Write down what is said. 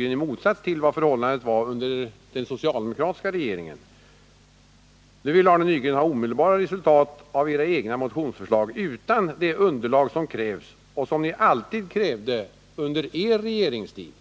I motsats till vad som var fallet under den socialdemokratiska regeringens tid vill Arne Nygren nu ha omedelbara resultat av de socialdemokratiska motionsförslagen utan att invänta det underlag som krävs, det som ni alltid krävde under er regeringstid.